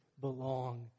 belong